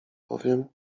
bowiem